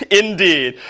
and indeed.